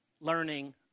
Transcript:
Learning